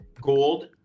gold